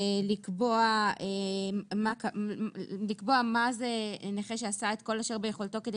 לקבוע מה זה "נכה שעשה את כל אשר ביכולתו כדי